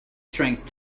strength